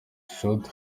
short